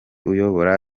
uyobora